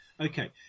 Okay